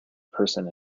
person